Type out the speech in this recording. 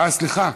סליחה,